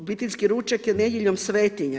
Obiteljski ručak je nedjeljom svetinja.